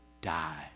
die